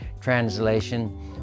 Translation